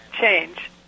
change